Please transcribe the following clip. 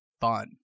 fun